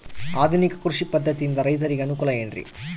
ಆಧುನಿಕ ಕೃಷಿ ಪದ್ಧತಿಯಿಂದ ರೈತರಿಗೆ ಅನುಕೂಲ ಏನ್ರಿ?